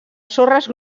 sorres